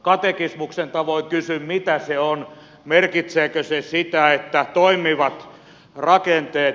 katekismuksen tavoin kysyn mitä se on merkitseekö se siitä että toimivan rakenteen